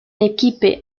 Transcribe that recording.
équipe